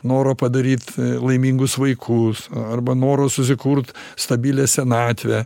noro padaryt laimingus vaikus arba noro susikurt stabilią senatvę